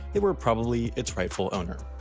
they were probably its rightful owner.